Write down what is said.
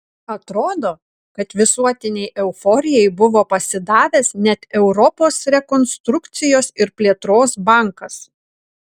atrodo kad visuotinei euforijai buvo pasidavęs net europos rekonstrukcijos ir plėtros bankas